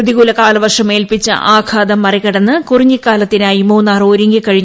പ്രതികൂല കാലവർഷം ഏൽപ്പിച്ച ആഘാതം മറികടന്ന് കുറിഞ്ഞിക്കാലത്തിനായി മൂന്നാർ ഒരുങ്ങി